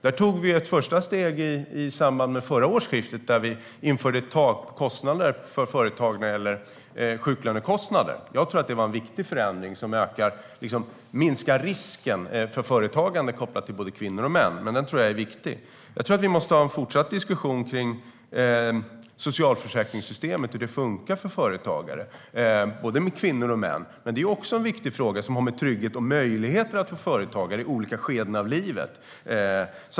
Vi tog ett första steg i samband med förra årsskiftet, då vi införde ett tak för företagens sjuklönekostnader. Jag tror att det var en viktig förändring som minskade risken för företagande kopplat till både kvinnor och män. Jag tror att vi måste ha en fortsatt diskussion kring hur socialförsäkringssystemet funkar för företagare, både kvinnor och män. En viktig fråga är också trygghet och möjligheter för företagare i olika skeden av livet.